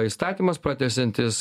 įstatymas pratęsiantis